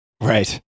Right